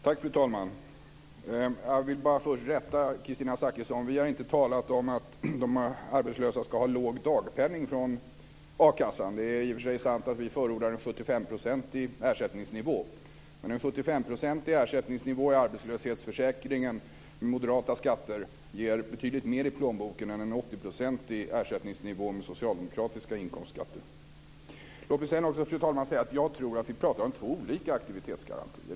Fru talman! Jag vill först rätta Kristina Zakrisson. Vi har inte talat om att de arbetslösa ska ha låg dagpenning från a-kassan. Det är i och för sig sant att vi förordar en 75-procentig ersättningsnivå, men en 75 procentig ersättningsnivå i arbetslöshetsförsäkringen med moderata skatter ger betydligt mer i plånboken än en 80-procentig ersättningsnivå med socialdemokratiska inkomstskatter. Fru talman! Jag tror att vi pratar om två olika aktivitetsgarantier.